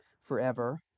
forever